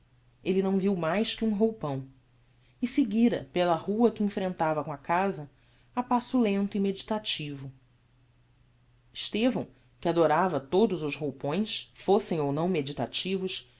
elle não viu mais que um roupão e seguira pela rua que enfrentava com casa a passo lento e meditativo estevão que adorava todos os roupões fossem ou não meditativos